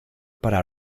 para